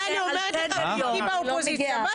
זה אני אומרת לך כמי שבאופוזיציה.